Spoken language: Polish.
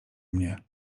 mnie